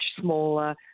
smaller